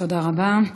תודה רבה.